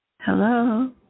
Hello